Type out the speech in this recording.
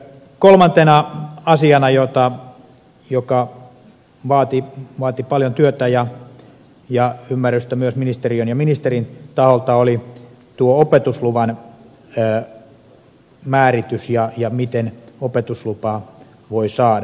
kolmantena asiana joka vaati paljon työtä ja ymmärrystä myös ministeriön ja ministerin taholta oli tuo opetusluvan määritys ja se miten opetusluvan voi saada